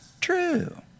true